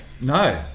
No